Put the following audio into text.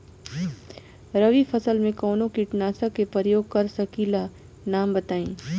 रबी फसल में कवनो कीटनाशक के परयोग कर सकी ला नाम बताईं?